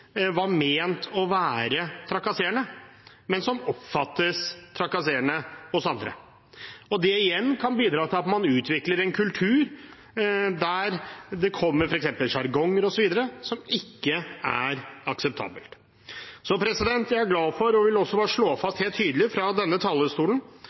var ment å være trakasserende, men som oppfattes trakasserende av andre. Det kan igjen bidra til at man utvikler en kultur der det kommer f.eks. sjargonger osv. som ikke er akseptable. Så jeg er glad for og vil også bare slå